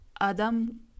adam